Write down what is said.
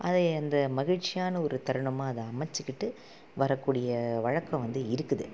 அதை அந்த மகிழ்ச்சியான ஒரு தருணமாக அதை அமைச்சுக்கிட்டு வரக்கூடிய வழக்கம் வந்து இருக்குது